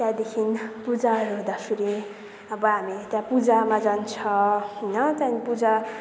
त्यहाँदेखि पूजाहरू हुँदाखेरि अब हामी त्यहाँ पूजामा जान्छ होइन त्यहाँदेखि पूजा